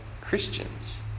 Christians